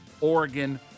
Oregon